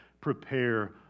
prepare